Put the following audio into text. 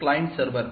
ಕ್ಲೈಂಟ್ಗೆ ಸರ್ವರ್